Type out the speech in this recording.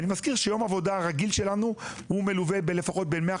אני מזכיר שיום עבודה רגיל שלנו מלווה לפחות ב-150,